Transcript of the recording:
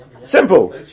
Simple